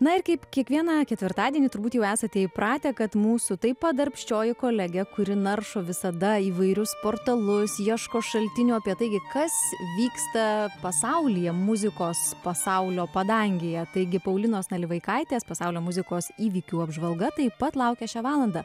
na ir kaip kiekvieną ketvirtadienį turbūt jau esate įpratę kad mūsų taip pat darbščioji kolegė kuri naršo visada įvairius portalus ieško šaltinių apie taigi kas vyksta pasaulyje muzikos pasaulio padangėje taigi paulinos nalivaikaitės pasaulio muzikos įvykių apžvalga taip pat laukia šią valandą